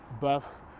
buff